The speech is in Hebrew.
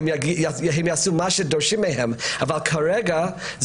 הם יעשו מה שדורשים מהם אבל כרגע,